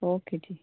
okay ਜੀ